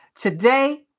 Today